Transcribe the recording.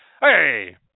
Hey